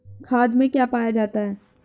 खाद में क्या पाया जाता है?